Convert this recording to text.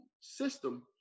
system